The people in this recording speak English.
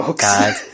God